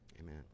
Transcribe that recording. Amen